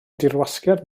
dirwasgiad